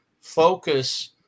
focus